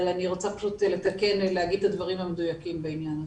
אבל אני רוצה להגיד את הדברים המדויקים בעניין הזה.